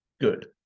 good